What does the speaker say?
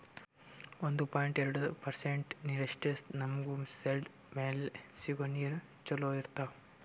ಒಂದು ಪಾಯಿಂಟ್ ಎರಡು ಪರ್ಸೆಂಟ್ ನೀರಷ್ಟೇ ನಮ್ಮ್ ನೆಲ್ದ್ ಮ್ಯಾಲೆ ಸಿಗೋ ನೀರ್ ಚೊಲೋ ಇರ್ತಾವ